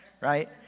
right